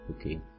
okay